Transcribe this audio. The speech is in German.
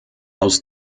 aus